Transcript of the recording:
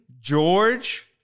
George